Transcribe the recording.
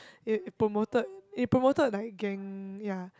it promoted it promoted like gang ya